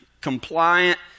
compliant